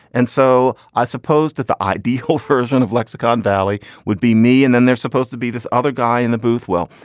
and so i supposed that the ideal version of lexicon valley would be me. and then they're supposed to be this other guy in the booth. well,